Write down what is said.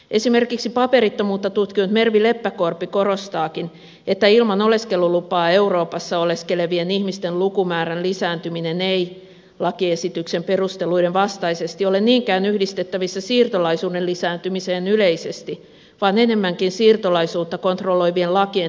esimerkiksi paperittomuutta tutkinut mervi leppäkorpi korostaakin että ilman oleskelulupaa euroopassa oleskelevien ihmisten lukumäärän lisääntyminen ei lakiesityksen perusteluiden vastaisesti ole niinkään yhdistettävissä siirtolaisuuden lisääntymiseen yleisesti vaan enemmänkin siirtolaisuutta kontrolloivien lakien tiukentumiseen euroopassa